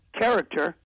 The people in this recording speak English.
character